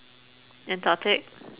antarctic